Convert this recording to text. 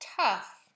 tough